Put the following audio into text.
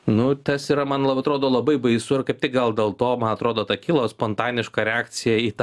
nu tas yra man atrodo labai baisu ir kaip tik gal dėl to man atrodo ta kilo spontaniška reakcija į tą